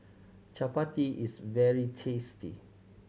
chapati is very tasty